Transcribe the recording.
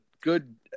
good